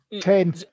Ten